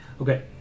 Okay